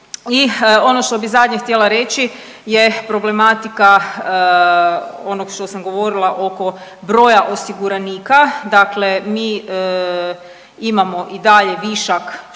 I ono što bih zadnje htjela reći je problematika onog što sam govorila oko broja osiguranika, dakle mi imamo i dalje višak, što